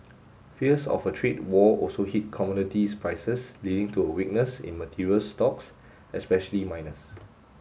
fears of a trade war also hit commodities prices leading to a weakness in materials stocks especially miners